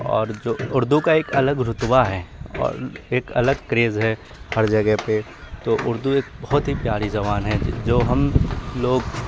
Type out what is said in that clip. اور جو اردو کا ایک الگ رتبہ ہے اور ایک الگ کریز ہے ہر جگہ پہ تو اردو ایک بہت ہی پیاری زبان ہے جو ہم لوگ